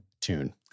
tune